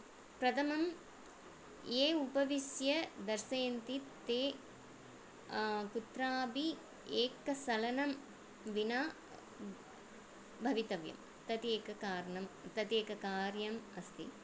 प्रथमं ये उपविश्य दर्शयन्ति ते कुत्रापि एकं सलनं विना भवितव्यं तत् एक कारणं तत् एककार्यम् अस्ति